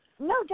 No